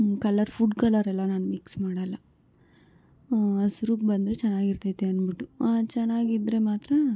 colour food colour ಎಲ್ಲ ನಾನು mix ಮಾಡೋಲ್ಲ ಹಸ್ರಾಗಿ ಬಂದರೆ ಚೆನ್ನಾಗಿರ್ತೈತೆ ಅಂದ್ಬಿಟ್ಟು ಚೆನ್ನಾಗಿದ್ರೆ ಮಾತ್ರ